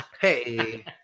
Hey